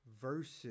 verses